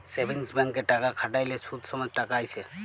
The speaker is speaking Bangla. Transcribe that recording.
সেভিংস ব্যাংকে টাকা খ্যাট্যাইলে সুদ সমেত টাকা আইসে